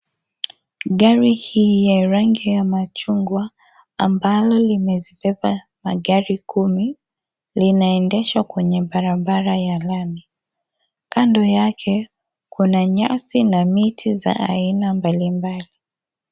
Gari hili la rangi ya machungwa ambalo limezibeba magari kumi linaendeshwa kwenye barabara ya lami. Kando yake kuna nyasi na miti za aina mbalimbali.